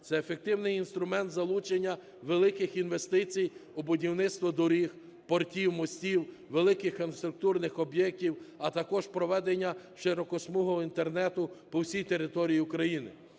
Це ефективний інструмент залучення великих інвестицій у будівництво доріг, портів, мостів, великих інфраструктурних об'єктів, а також проведення широкосмугового Інтернету по всій території України.